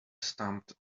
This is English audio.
stamped